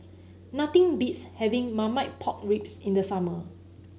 nothing beats having Marmite Pork Ribs in the summer